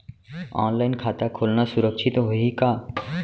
Online खाता खोलना सुरक्षित होही का?